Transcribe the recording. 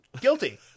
Guilty